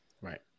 right